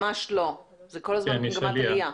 ממש לא, זה כל הזמן במגמת עלייה.